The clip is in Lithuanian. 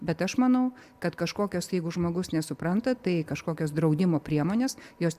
bet aš manau kad kažkokios jeigu žmogus nesupranta tai kažkokios draudimo priemonės jos